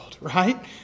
right